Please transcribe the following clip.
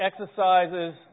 exercises